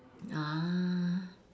ah